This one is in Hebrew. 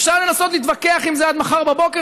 אפשר לנסות להתווכח עם זה עד מחר בבוקר,